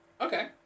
okay